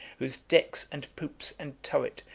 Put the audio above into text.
whose decks, and poops, and turret,